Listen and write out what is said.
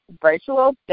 virtual